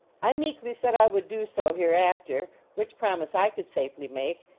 i meekly said i would do so, hereafter, which promise i could safely make,